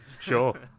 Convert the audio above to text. sure